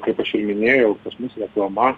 kaip aš ir minėjau pas mus reklama